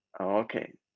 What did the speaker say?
okay